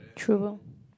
true